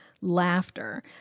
laughter